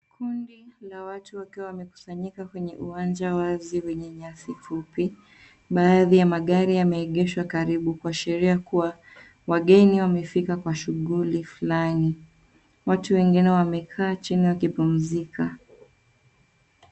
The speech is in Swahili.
Kundi la watu wakiwa wamekusanyika kwenye uwanja wazi wenye nyasi fupi. Baadhi ya magari yameegeshwa karibu kuashiria kuwa wageni wamefika kwa shughuli fulani. Watu wengine wamekaa chini wakipumzika.